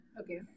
Okay